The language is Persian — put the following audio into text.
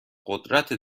قدرت